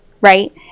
Right